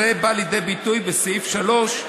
זה בא לידי ביטוי בסעיף 3,